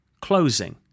Closing